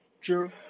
True